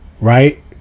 right